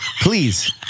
please